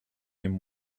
him